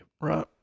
Right